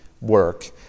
work